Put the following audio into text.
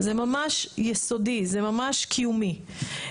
זה ממש יסודי, זה ממש קיומי.